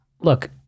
Look